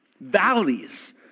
Valleys